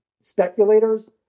speculators